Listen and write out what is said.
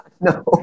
No